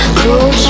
cool